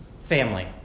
family